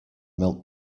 milk